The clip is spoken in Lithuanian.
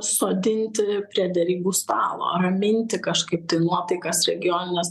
sodinti prie derybų stalo raminti kažkaip tai nuotaikas regionines